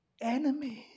Enemies